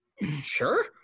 Sure